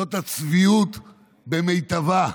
זאת הצביעות במיטבה.